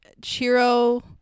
Chiro